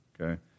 Okay